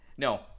No